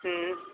ہوں